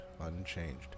unchanged